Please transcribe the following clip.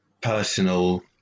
personal